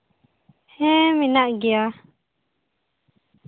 ᱦᱮᱸ ᱢᱮᱱᱟᱜ ᱜᱮᱭᱟ